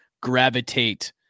gravitate